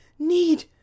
Need